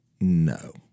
No